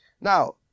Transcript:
Now